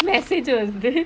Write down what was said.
message வந்து:vanthu